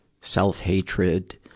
self-hatred